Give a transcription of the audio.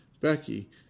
Becky